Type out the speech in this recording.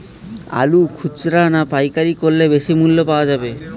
আলু খুচরা না পাইকারি করলে বেশি মূল্য পাওয়া যাবে?